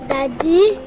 Daddy